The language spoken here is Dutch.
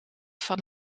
van